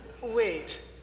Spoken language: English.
Wait